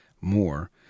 more